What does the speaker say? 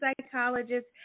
psychologist